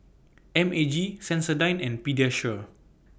M A G Sensodyne and Pediasure